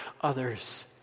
others